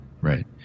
Right